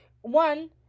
one